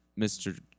Mr